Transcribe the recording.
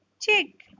chick